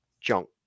junk